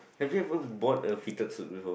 have you ever bought a fitted suit before